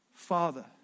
Father